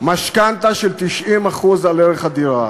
משכנתה של 90% מערך הדירה.